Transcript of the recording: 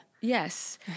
Yes